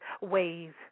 ways